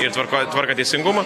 ir tvarkoje korką teisingumą